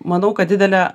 manau kad didelę